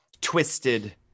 twisted